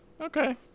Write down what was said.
okay